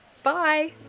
Bye